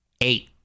Eight